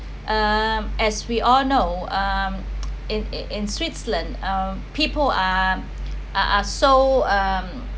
um as we all know um in in in switzerland uh people are are are so um